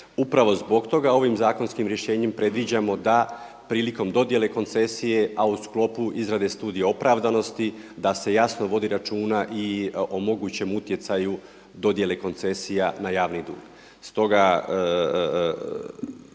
Upravo zbog toga ovim zakonskim rješenjem predviđamo da prilikom dodjele koncesije, a u sklopu izrade studije opravdanosti da se jasno vodi računa i o mogućem utjecaju dodjele koncesija na javni dug.